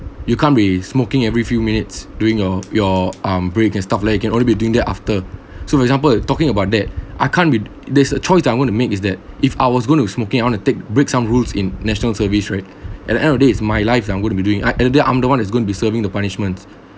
you can't be smoking every few minutes doing your your um break and stuff like you can only be doing that after so for example talking about that I can't be there's a choice that I'm going to make is that if I was going to smoking I want to take break some rules in national service right at the end of day is my life that I'm going to be doing I I'm the one that's going to be serving the punishments